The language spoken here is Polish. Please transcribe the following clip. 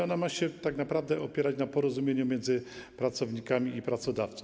Ona ma się tak naprawdę opierać na porozumieniu między pracownikami i pracodawcą.